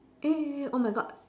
eh oh my god